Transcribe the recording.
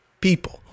people